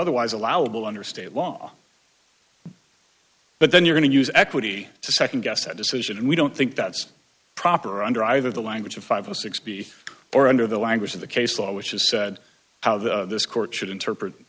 otherwise allowable under state law but then you're going to use equity to nd guess that decision and we don't think that's proper under either the language of five or six b or under the language of the case law which is said how the this court should interpret